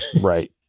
Right